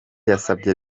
yasabye